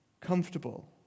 comfortable